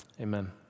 Amen